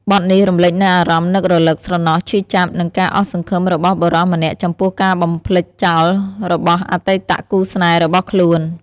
បទនេះរំលេចនូវអារម្មណ៍នឹករលឹក ស្រណោះ ឈឺចាប់ និងការអស់សង្ឃឹមរបស់បុរសម្នាក់ចំពោះការបំភ្លេចចោលរបស់អតីតគូស្នេហ៍របស់ខ្លួន។